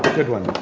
good one.